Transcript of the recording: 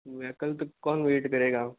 यार कल तक कौन वैट करेगा